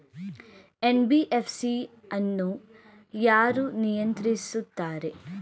NBFC ಅನ್ನು ಯಾರು ನಿಯಂತ್ರಿಸುತ್ತಾರೆ?